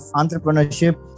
entrepreneurship